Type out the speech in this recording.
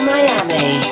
Miami